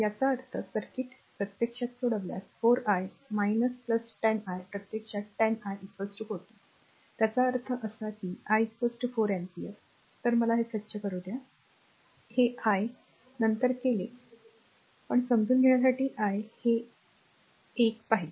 याचा अर्थ सर्किट प्रत्यक्षात सोडवल्यास 4 i 10 i प्रत्यक्षात 10 i 40 त्याचा अर्थ असा की i 4 ampere तर मला ते स्वच्छ करू द्या हे I नंतर केले आहे पण r समजून घेण्यासाठी I हे एक पाहिजे